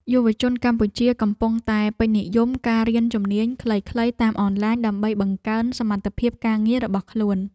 យុវជនកម្ពុជាកំពុងតែពេញនិយមការរៀនជំនាញខ្លីៗតាមអនឡាញ ដើម្បីបង្កើនសមត្ថភាពការងាររបស់ខ្លួន។